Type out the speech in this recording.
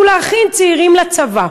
הוא להכין צעירים לצבא.